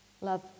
Love